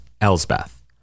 *Elsbeth*